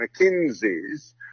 McKinsey's